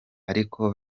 ariko